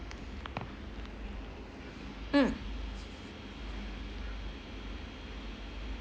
mm